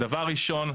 דבר ראשון,